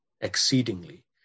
exceedingly